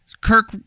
Kirk